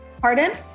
pardon